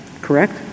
correct